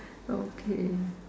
okay